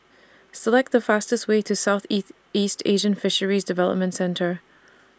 Select The fastest Way to Southeast East Asian Fisheries Development Centre